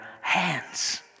hands